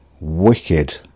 wicked